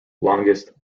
longest